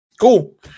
Cool